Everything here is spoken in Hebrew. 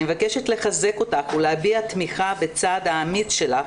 אני מבקשת לחזק אותך ולהביע תמיכה בצעד האמיץ שלך